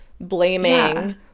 blaming